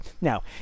Now